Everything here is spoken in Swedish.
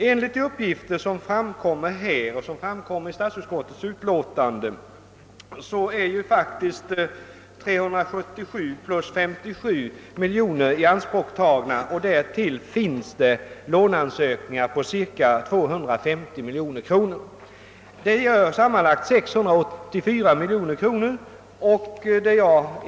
Enligt de uppgifter som lämnats i propositionen liksom i statsutskottets utlåtande är 377 miljoner plus 57 miljoner ianspråktagna och därtill finns låneansökningar på cirka 250 miljoner kronor, dvs. sammanlagt 684 miljoner kronor.